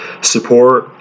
support